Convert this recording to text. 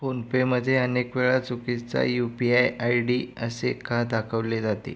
phone पेमध्ये अनेक वेळा चुकीचा यू पी आय आयडी असे का दाखवले जाते